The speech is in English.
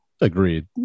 agreed